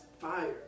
fire